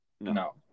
no